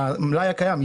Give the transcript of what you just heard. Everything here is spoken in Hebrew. מהמלאי הקיים,